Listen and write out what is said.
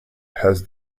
has